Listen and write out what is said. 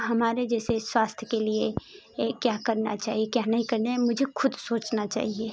हमारे जैसे स्वास्थय के लिए क्या करना चाहिए क्या नहीं करने है मुझे ख़ुद सोचना चाहिए